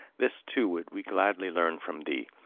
this too would we gladly learn from thee.